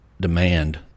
demand